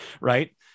right